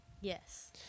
Yes